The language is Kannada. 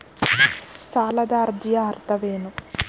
ಸಾಲದ ಅರ್ಜಿಯ ಅರ್ಥವೇನು?